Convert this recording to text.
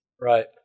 Right